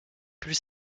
plus